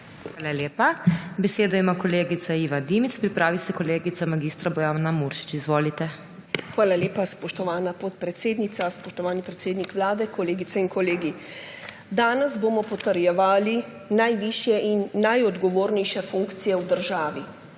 Hvala lepa. Besedo ima kolegica Iva Dimic, pripravi se kolegica mag. Bojana Muršič. Izvolite. IVA DIMIC (PS NSi): Hvala lepa, spoštovana podpredsednica. Spoštovani predsednik Vlade, kolegice in kolegi! Danes bomo potrjevali najvišje in najodgovornejše funkcije v državi.